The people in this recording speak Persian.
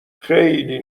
خیلی